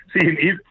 See